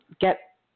get